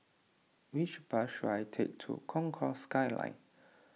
which bus should I take to Concourse Skyline